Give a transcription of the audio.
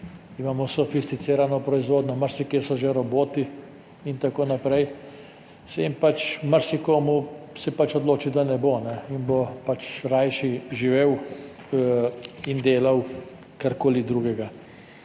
imamo sofisticirano proizvodnjo, marsikje so že roboti in tako naprej, se pač marsikdo pač odloči, da ne bo in bo pač rajši živel in delal karkoli drugega.